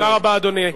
תודה רבה, אדוני.